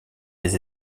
des